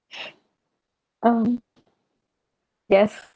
um yes